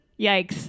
Yikes